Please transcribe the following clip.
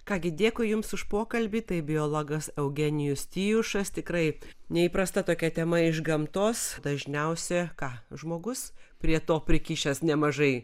ką gi dėkui jums už pokalbį taip biologas eugenijus tijušas tikrai neįprasta tokia tema iš gamtos dažniausia ką žmogus prie to prikišęs nemažai